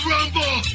Rumble